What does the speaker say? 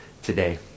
Today